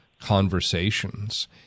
conversations